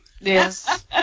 yes